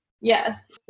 Yes